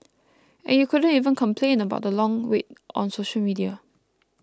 and you couldn't even complain about the long wait on social media